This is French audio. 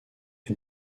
est